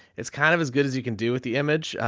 it's kind of as good as you can do with the image. ah,